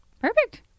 Perfect